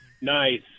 Nice